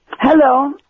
hello